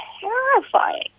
terrifying